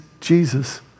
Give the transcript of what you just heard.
Jesus